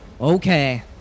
Okay